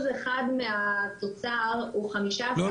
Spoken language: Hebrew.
1% מהתוצר הוא --- לא,